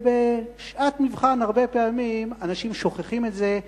בשעת מבחן הרבה פעמים אנשים שוכחים את זה,